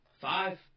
Five